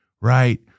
Right